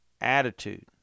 attitude